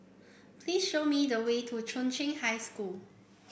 please show me the way to Chung Cheng High School